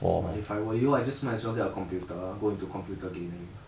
but if I were you I just might as well get a computer go into computer gaming